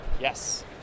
yes